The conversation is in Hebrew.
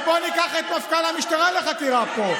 ובואו ניקח את מפכ"ל המשטרה לחקירה פה.